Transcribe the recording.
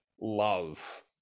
love